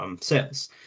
sales